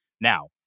Now